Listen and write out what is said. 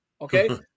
okay